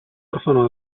orfano